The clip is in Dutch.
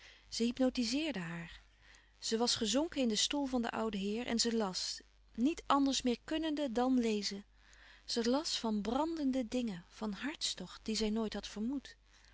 hypnotizeerden haar ze was gezonken in den stoel van den ouden heer en ze las niet anders meer kunnende dan lezen ze las van brandende dingen van hartstocht dien zij nooit had vermoed